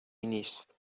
نیست